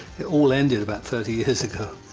it all ended about thirty years ago,